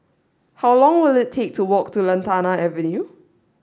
how long will it take to walk to Lantana Avenue